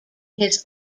his